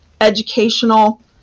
educational